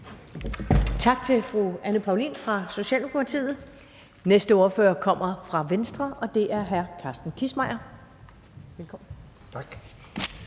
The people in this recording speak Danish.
Tak til fru Anne Paulin fra Socialdemokratiet. Den næste ordfører kommer fra Venstre, og det er hr. Carsten Kissmeyer. Velkommen. Kl.